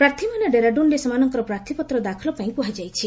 ପ୍ରାର୍ଥୀମାନେ ଡେରାଡୁନ୍ରେ ସେମାନଙ୍କର ପ୍ରାର୍ଥୀପତ୍ର ଦାଖଲ ପାଇଁ କୁହାଯାଇଛି